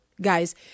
guys